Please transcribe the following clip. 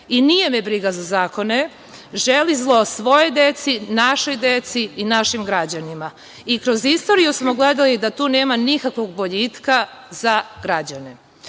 i nije me briga za zakone, želi zlo svojoj deci, našoj deci i našim građanima. I kroz istoriju smo gledali da tu nema nikakvog boljitka za građane. Danas,